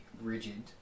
rigid